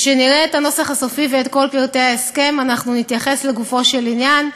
משנראה את הנוסח הסופי ואת כל פרטי ההסכם נתייחס לגופו של עניין.